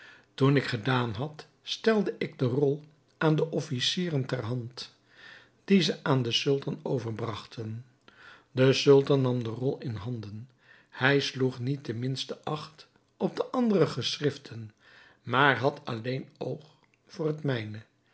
toen ik gedaan had stelde ik de rol aan den officieren ter hand die ze aan den sultan overbragten de sultan nam de rol in handen hij sloeg niet de minste acht op de andere geschriften maar had alleen oogen voor het mijne